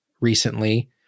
recently